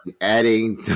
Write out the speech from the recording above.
Adding